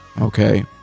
okay